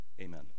Amen